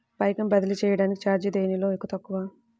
పైకం బదిలీ చెయ్యటానికి చార్జీ దేనిలో తక్కువ?